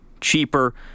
cheaper